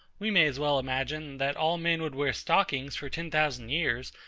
we may as well imagine, that all men would wear stockings for ten thousand years,